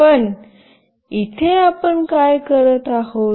पण इथे आपण काय करत आहोत